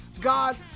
God